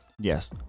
Yes